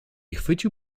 chwycił